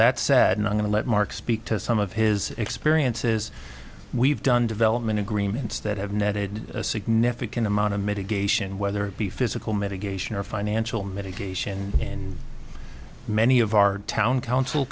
that said and i'm going to let mark speak to some of his experiences we've done development agreements that have netted a significant amount of mitigation whether it be physical mitigation or financial mitigation and many of our town council